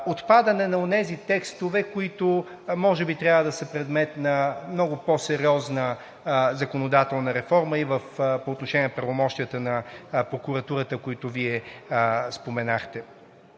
отпадане на онези текстове, които може би трябва да са предмет на много по-сериозна законодателна реформа и по отношение на правомощията на прокуратурата, които Вие споменахте.